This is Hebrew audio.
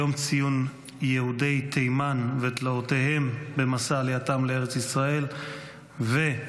יום ציון יהודי תימן ותלאותיהם במסע עלייתם לארץ ישראל ויום